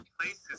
places